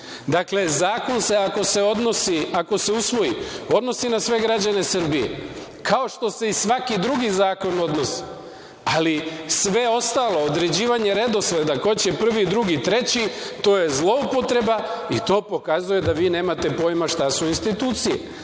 zakon se ako se usvoji, odnosi na sve građane Srbije, kao što se i svaki drugi zakon odnosi. Ali, sve ostalo, određivanje redosleda ko će prvi, drugi, treći to je zloupotreba i to pokazuje da vi nemate pojma šta su institucije.